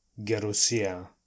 gerusia